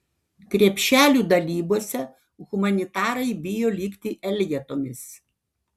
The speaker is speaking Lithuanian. krepšelių dalybose humanitarai bijo likti elgetomis